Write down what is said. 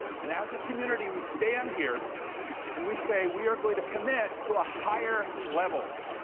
and as a community, we stand here and we say we are going to commit to a higher level,